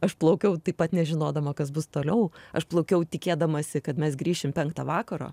aš plaukiau taip pat nežinodama kas bus toliau aš plaukiau tikėdamasi kad mes grįšim penktą vakaro